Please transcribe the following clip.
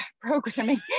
programming